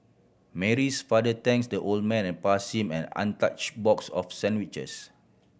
Mary's father thanks the old man and pass him an untouch box of sandwiches